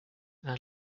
are